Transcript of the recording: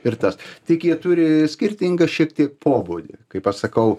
ir tas tik jie turi skirtingą šiek tiek pobūdį kaip aš sakau